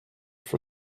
for